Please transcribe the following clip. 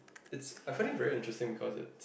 it's I find it very interesting because it